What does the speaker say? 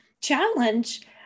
challenge